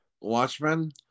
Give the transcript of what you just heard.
Watchmen